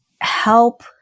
help